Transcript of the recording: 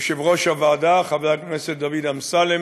יושב-ראש הוועדה חבר הכנסת דוד אמסלם